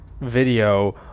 video